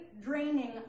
draining